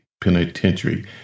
Penitentiary